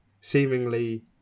seemingly